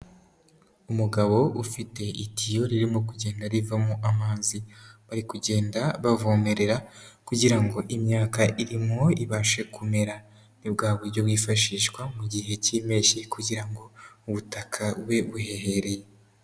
Umugabo ufite itiyo ririmo kugenda rivamo amazi, bari kugenda bavomerera kugira ngo imyaka irimo ibashe kumera, ni bwa buryo bwifashishwa mu gihe cy'impeshyi kugira ngo ubutaka bube buhehereye.